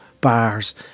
bars